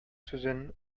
сүзен